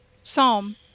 Psalm